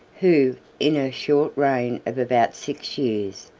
who, in a short reign of about six years,